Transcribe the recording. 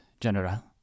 General